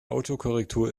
autokorrektur